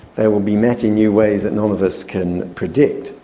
they will be met in new ways that none of us can predict.